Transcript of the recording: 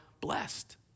blessed